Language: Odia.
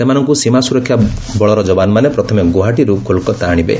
ସେମାନଙ୍କୁ ସୀମାସୁରକ୍ଷା ବଳର କବାନମାନେ ପ୍ରଥମେ ଗୌହାଟୀରୁ କୋଲକାତା ଆଣିବେ